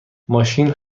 ماشین